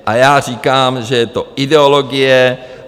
A já říkám, že je to ideologie.